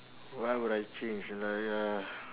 what would I change like uh